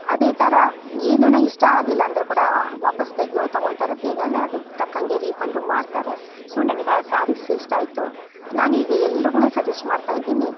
ಅದೇ ಥರ ಏನು ಇಷ್ಟ ಆಗಿಲ್ಲ ಅಂದರೆ ಕೂಡ ವಾಪಸ್ ತೆಗೆಯುವ ತಗೋತಾರೆ ಬೇಗನೆ ಅದುಕ್ಕೆ ತಕ್ಕಂಗೆ ರೀಫಂಡು ಮಾಡ್ತಾರೆ ಸೊ ನನಗೆ ಆ ಸಾರೀಸ್ ಇಷ್ಟ ಆಯಿತು ನಾನು ಈಗ ಎಲ್ರುಗು ಸಜೆಶ್ಟ್ ಮಾಡ್ತಾಯಿದ್ದೀನಿ